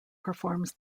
performs